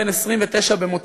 בן 29 במותו,